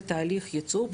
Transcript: כותב: שיוצר או